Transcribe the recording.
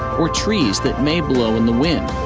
or trees that may blow in the wind.